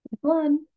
one